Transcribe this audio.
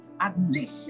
addiction